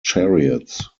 chariots